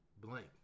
Blank